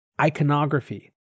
iconography